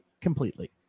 completely